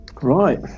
right